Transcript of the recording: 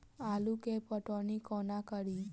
आलु केँ पटौनी कोना कड़ी?